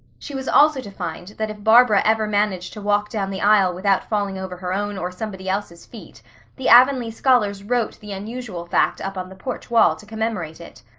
she was also to find that if barbara ever managed to walk down the aisle without falling over her own or somebody else's feet the avonlea scholars wrote the unusual fact up on the porch wall to commemorate it.